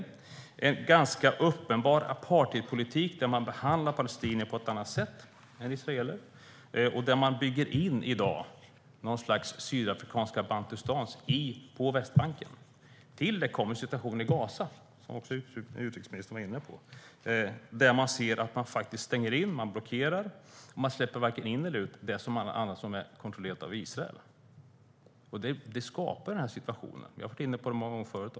Det är en ganska uppenbar apartheidpolitik där man behandlar palestinier på ett annat sätt än israeler och där man i dag bygger in något slags sydafrikanska bantustans på Västbanken. Till det kommer situationen i Gaza, som utrikesministern också var inne på. Där stänger man in, blockerar och släpper varken in eller ut annat än det som är kontrollerat av Israel. Det skapar situationen. Jag har varit inne på det många gånger förut.